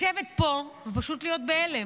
לשבת פה ופשוט להיות בהלם,